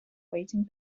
waiting